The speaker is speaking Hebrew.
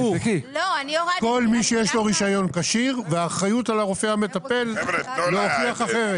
כל מי שיש לו רישיון כשיר והאחריות על הרופא המטפל להוכיח אחרת.